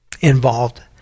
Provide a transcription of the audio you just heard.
involved